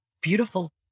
beautiful